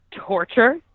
torture